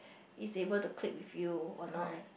is able to click with you or not